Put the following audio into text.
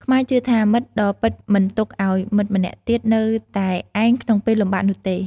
ខ្មែរជឿថា មិត្តដ៏ពិតមិនទុកឲ្យមិត្តម្នាក់ទៀតនៅតែឯងក្នុងពេលលំបាកនោះទេ។